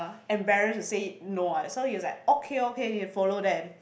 uh embarrass to say no ah so he's like okay okay need to follow them